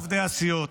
גם עובדי הסיעות,